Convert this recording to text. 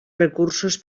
recursos